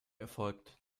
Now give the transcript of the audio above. erfolgt